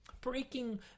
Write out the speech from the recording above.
Breaking